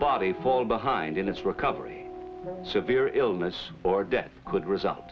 body fall behind in its recovery severe illness or death could result